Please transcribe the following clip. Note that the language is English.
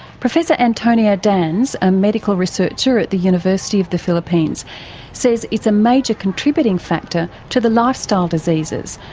professor antonio dans, a medical researcher at the university of the philippines says it's a major contributing factor to the lifestyle diseases,